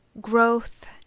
Growth